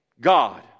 God